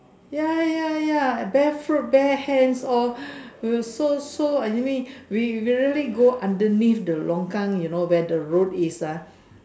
ya ya ya bare foot bare hand all we are so so you mean we we really go underneath the longkang you know where the road is ah